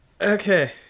Okay